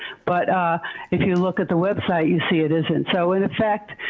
but if you look at the website, you see it isn't. so, and in fact,